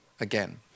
again